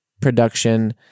production